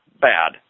bad